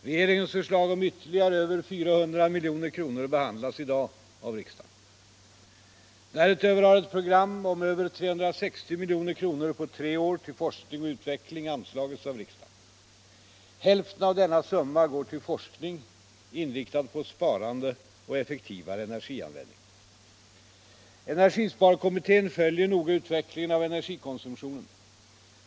Regeringens förslag om ytterligare över 400 milj.kr. behandlas i dag av riksdagen. Därutöver har ett program om över 360 milj.kr. på tre år till forskning och utveckling antagits av riksdagen. Hälften av denna summa går till forskning inriktad på sparande och effektivare energianvändning. Energisparkommittén följer noga utvecklingen av energikonsumtionen.